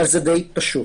אבל זה די פשוט.